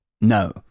No